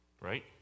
right